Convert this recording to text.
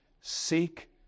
Seek